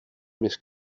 mes